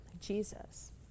Jesus